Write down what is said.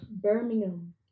Birmingham